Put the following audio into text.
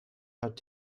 hat